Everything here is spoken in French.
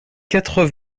quatre